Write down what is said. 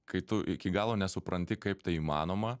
kai tu iki galo nesupranti kaip tai įmanoma